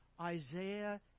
Isaiah